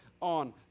on